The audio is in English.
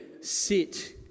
sit